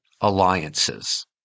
alliances